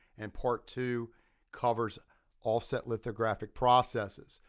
and part two covers offset lithographic processes.